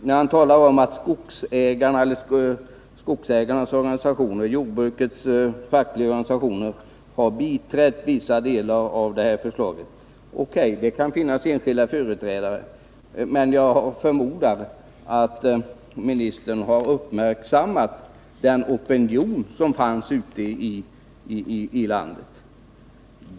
Jordbruksministern säger att skogsägarnas organisationer och jordbrukets fackliga organisationer har biträtt vissa delar av hans förslag. O.K., det kan finnas vissa enskilda företrädare som gjort det, men jag förmodar att jordbruksministern också har uppmärksammat den opinion som fanns ute i landet.